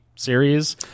series